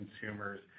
consumers